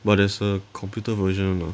but there's a computer version [one] ah